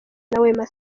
wema